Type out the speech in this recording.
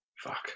Fuck